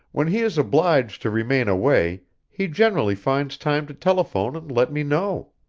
when he is obliged to remain away, he generally finds time to telephone and let me know.